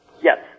Yes